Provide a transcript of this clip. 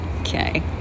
Okay